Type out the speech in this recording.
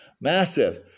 massive